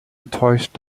enttäuscht